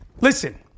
listen